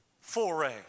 foray